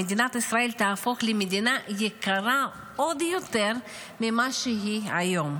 מדינת ישראל תהפוך למדינה יקרה עוד יותר ממה שהיא היום,